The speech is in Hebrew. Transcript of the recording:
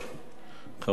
חברי הכנסת,